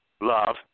love